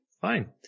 fine